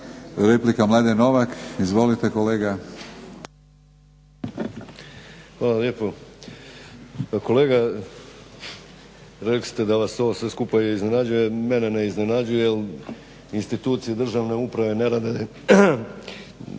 Stranka rada)** Hvala lijepo. Kolega rekli ste da vas sve to iznenađuje, mene ne iznenađuje jer institucije državne uprave ne rade,